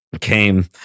came